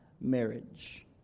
marriage